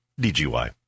DGY